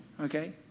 Okay